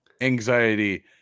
anxiety